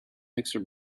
mixer